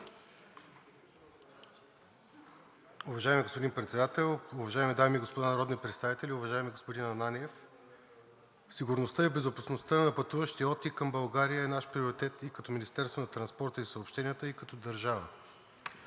Уважаеми господин Председател, уважаеми дами и господа народни представители! Уважаеми господин Ананиев, сигурността и безопасността на пътуващите от и към България е наш приоритет и като Министерство на транспорта и съобщенията, и като държава.